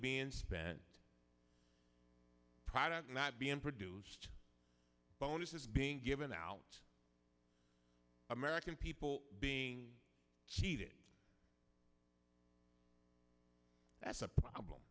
being spent products not being produced bonuses being given out american people being cheated that's a problem